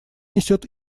несет